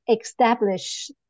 Establish